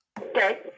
Okay